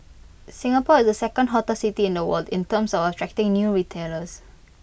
Singapore is the second hottest city in the world in terms of attracting new retailers